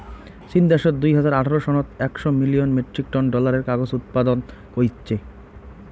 চীন দ্যাশত দুই হাজার আঠারো সনত একশ মিলিয়ন মেট্রিক টন ডলারের কাগজ উৎপাদন কইচ্চে